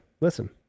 listen